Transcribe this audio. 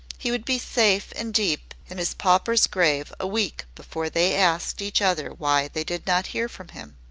he would be safe and deep in his pauper's grave a week before they asked each other why they did not hear from him.